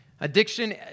Addiction